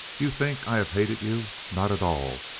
you think i have hated you? not at all.